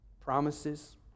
Promises